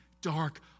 dark